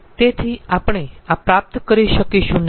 તેથી આપણે આ પ્રાપ્ત કરી શકીશું નહીં